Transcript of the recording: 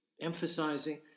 emphasizing